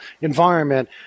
environment